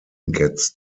gets